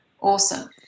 Awesome